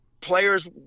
players